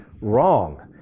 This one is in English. wrong